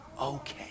okay